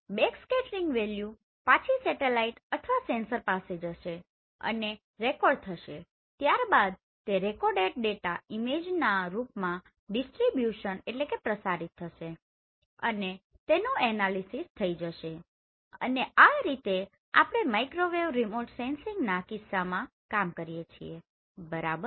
backscattering value પાછી satellite અથવા sensor પાસે જશે અને રેકોર્ડ થશે ત્યારબાદ તે રેકોડેડ ડેટા ઈમેજીના રુપમાં ડીસ્ટ્રીબ્યુસનDistributionપ્રસારિત થશે અને તેનું એનાલીસીસ થઇ જશે અને આ રીતે આપણે માઇક્રોવેવ રિમોટ સેન્સિંગના કિસ્સામાં કામ કરીએ છીએ બરોબર